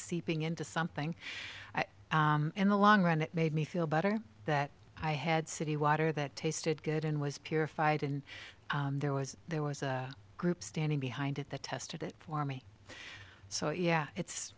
seeping into something in the long run it made me feel better that i had city water that tasted good and was purified and there was there was a group standing behind it the test of it for me so yeah it's